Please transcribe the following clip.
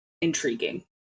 intriguing